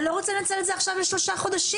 הם לא רוצים לנצל את זה עכשיו לשלושה חודשים.